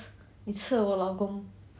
你吃了我老公